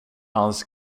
hans